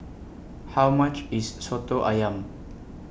How much IS Soto Ayam